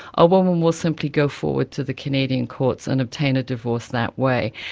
a woman will simply go forward to the canadian courts and obtain a divorce that way.